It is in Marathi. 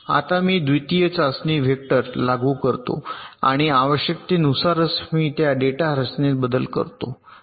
आता मी द्वितीय चाचणी वेक्टर लागू करतो आणि आवश्यकतेनुसारच मी त्या डेटा रचनेत बदल करतो